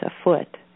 afoot